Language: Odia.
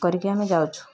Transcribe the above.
କରିକି ଆମେ ଯାଉଛୁ